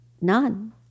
none